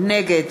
נגד